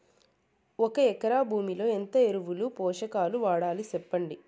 ఒక ఎకరా భూమిలో ఎంత ఎరువులు, పోషకాలు వాడాలి సెప్పండి?